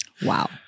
Wow